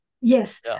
Yes